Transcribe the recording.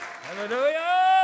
Hallelujah